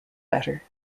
better